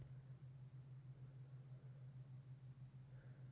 ಕೃಷಿ ನೇರಾವರಿ, ತೋಟಗಾರಿಕೆ ಕೃಷಿ, ವಾಣಿಜ್ಯ ಕೃಷಿ, ಆದುನಿಕ ಕೃಷಿ